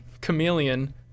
chameleon